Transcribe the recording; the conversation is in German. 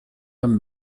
beim